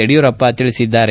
ಯಡಿಯೂರಪ್ಪ ಹೇಳದ್ದಾರೆ